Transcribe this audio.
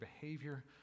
behavior